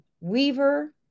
weaver